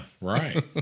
right